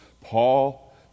Paul